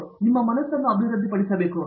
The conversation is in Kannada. ಅದು ನೀವು ಮನಸ್ಸು ಅಭಿವೃದ್ಧಿಪಡಿಸಬೇಕು